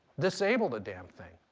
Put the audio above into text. disable the damn thing.